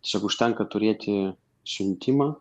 tiesiog užtenka turėti siuntimą